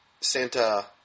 Santa